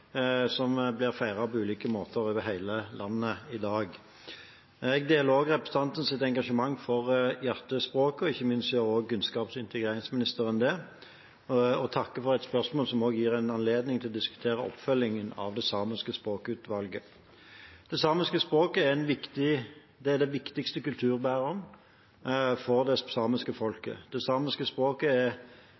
som blir feiret på ulike måter over hele landet i dag. Jeg deler representantens engasjement for Hjertespråket – ikke minst gjør også kunnskaps- og integreringsministeren det – og takker for et spørsmål som gir anledning til å diskutere oppfølgingen av det samiske språkutvalget. De samiske språkene er de viktigste kulturbærerne for det samiske folket. De samiske språkene er